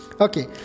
Okay